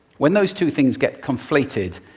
when those two things get conflated,